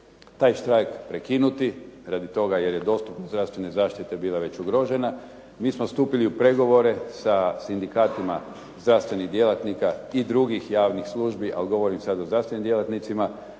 taj štrajk prekinuti radi toga jer je dostupnost zdravstvene zaštite bila već ugrožena. Mi smo stupili u pregovore sa sindikatima zdravstvenih djelatnika i drugih javnih službi ali govorim sada o zdravstvenim djelatnicima